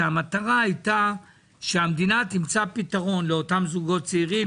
והמטרה הייתה שהמדינה תמצא פתרון לאותם זוגות צעירים,